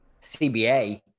CBA